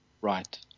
Right